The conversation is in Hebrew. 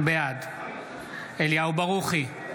בעד אליהו ברוכי,